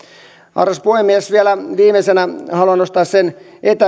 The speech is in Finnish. arvoisa puhemies vielä viimeisenä haluan nostaa sen